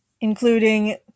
including